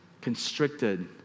constricted